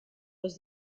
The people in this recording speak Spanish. los